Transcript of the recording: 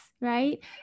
right